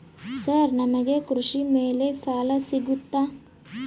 Sir ನಮಗೆ ಕೃಷಿ ಮೇಲೆ ಸಾಲ ಸಿಗುತ್ತಾ?